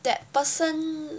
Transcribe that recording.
that person